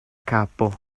kapo